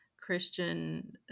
Christian